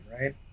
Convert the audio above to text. right